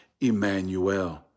Emmanuel